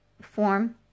form